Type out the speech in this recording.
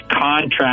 contract